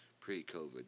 pre-COVID